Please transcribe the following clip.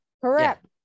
Correct